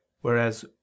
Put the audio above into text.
whereas